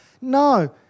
No